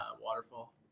Waterfall